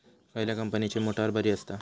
खयल्या कंपनीची मोटार बरी असता?